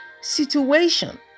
situation